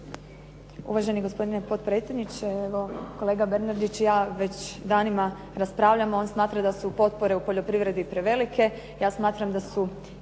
Uvaženi gospodine potpredsjedniče, evo kolega Bernardić i ja već danima raspravljamo, on smatra da su potpore u poljoprivredi prevelike, ja smatram da su